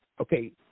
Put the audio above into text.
okay